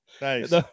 nice